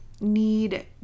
need